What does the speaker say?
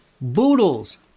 Boodles